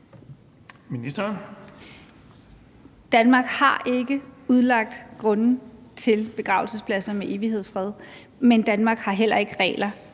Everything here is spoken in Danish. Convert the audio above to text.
Mogensen): Danmark har ikke udlagt grunde til begravelsespladser med evighedsfred. Men Danmark har heller ikke regler,